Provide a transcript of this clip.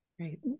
Right